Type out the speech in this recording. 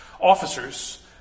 Officers